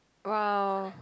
!wow!